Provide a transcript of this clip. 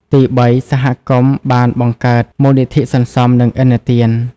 ទីបី សហគមន៍បានបង្កើត មូលនិធិសន្សំ និងឥណទាន។